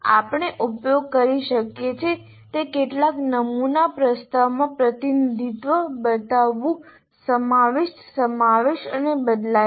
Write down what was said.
આપણે ઉપયોગ કરી શકીએ છીએ તે કેટલાક નમૂના પ્રસ્તાવમાં પ્રતિનિધિત્વ બતાવવું સમાવિષ્ટ સમાવેશ અને બદલાય છે